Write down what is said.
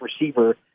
receiver